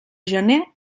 gener